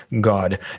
God